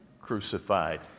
crucified